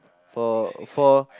for for